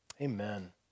amen